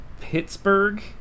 Pittsburgh